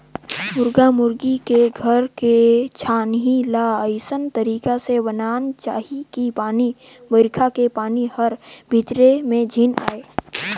मुरगा मुरगी के घर के छानही ल अइसन तरीका ले बनाना चाही कि पानी बइरखा के पानी हर भीतरी में झेन आये